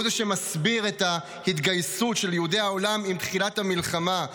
הוא זה שמסביר את ההתגייסות של יהודי העולם עם תחילת המלחמה.